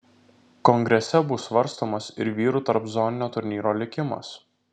kongrese bus svarstomas ir vyrų tarpzoninio turnyro likimas